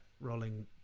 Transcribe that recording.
rolling